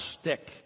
stick